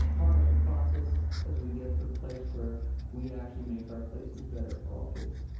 part of the process as we get to the place where we actually make our places better for all kids.